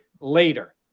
later